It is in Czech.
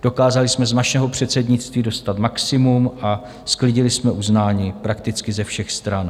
Dokázali jsme z našeho předsednictví dostat maximum a sklidili jsme uznání prakticky ze všech stran.